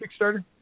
Kickstarter